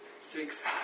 six